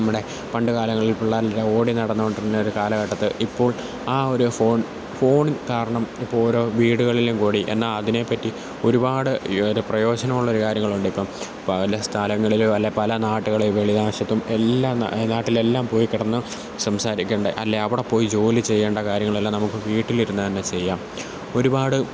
നമ്മുടെ പണ്ടുകാലങ്ങളിൽ പിള്ളാരെല്ലാം ഓടിനടന്നോണ്ടിരുന്നൊരു കാലഘട്ടത്ത് ഇപ്പോൾ ആ ഒരു ഫോൺ ഫോൺ കാരണം ഇപ്പോള് ഓരോ വീടുകളിലുംകൂടി എന്നാല് അതിനെപ്പറ്റി ഒരുപാട് പ്രയോജനമുള്ളൊരു കാര്യങ്ങളുണ്ടിപ്പോള് പല സ്ഥലങ്ങളില് അല്ല പല നാടുകളില് വെളിദേശത്തും എല്ലാം നാട്ടിലെല്ലാം പോയി കിടന്ന് സംസാരിക്കെണ്ടേ അല്ലേ അവടെപ്പോയി ജോലിചെയ്യേണ്ട കാര്യങ്ങളെല്ലാം നമുക്ക് വീട്ടിലിരിന്നു തന്നെ ചെയ്യാം ഒരുപാട്